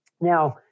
Now